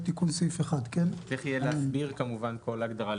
צריך יהיה להסביר כל הגדרה.